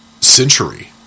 century